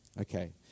Okay